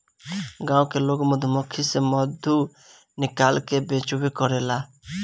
गाँव के लोग मधुमक्खी से मधु निकाल के बेचबो करेला